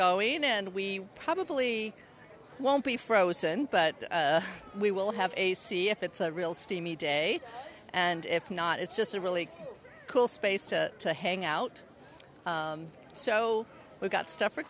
going in and we probably won't be frozen but we will have a see if it's a real steamy day and if not it's just a really cool space to to hang out so we've got stuff for